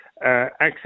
access